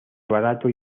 barato